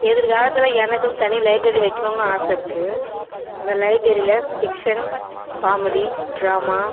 எதிர்காலத்தில் எனக்குன்னு தனி லைப்ரரி வைக்கணுன்னு ஆசை இருக்கு அந்த லைப்ரரில்ல ஃபிக்ஷன் காமெடி ட்ராமா